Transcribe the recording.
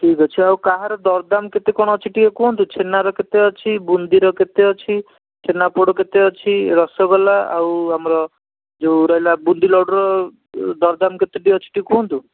ଠିକ୍ ଅଛି ଆଉ କାହାର ଦରଦାମ୍ କେତେ କ'ଣ ଅଛି ଟିକେ କୁହନ୍ତୁ ଛେନାର କେତେ ଅଛି ବୁନ୍ଦିର କେତେ ଅଛି ଛେନାପୋଡ଼ କେତେ ଅଛି ରସଗୋଲା ଆଉ ଆମର ଯେଉଁ ରହିଲା ବୁନ୍ଦିଲଡ଼ୁର ଦରଦାମ୍ କେତେ ଟିକେ ଅଛି ଟିକେ କୁହନ୍ତୁ